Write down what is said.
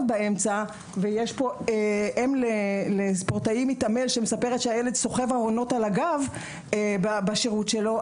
יש פה אם למתעמל שמספרת שהילד שלה סוחב ארגזים על הגב בשירות שלו,